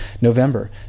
November